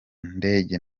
ndege